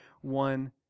one